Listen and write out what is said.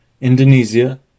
Indonesia